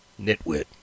nitwit